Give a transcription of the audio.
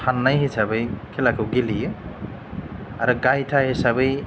साननाय हिसाबै खेलाखौ गेलेयो आरो गाइथा हिसाबै